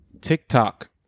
TikTok